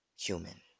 Human